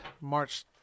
March